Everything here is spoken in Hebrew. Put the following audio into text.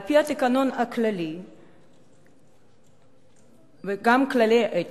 על-פי התקנון הכללי וגם כללי האתיקה,